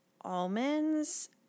almonds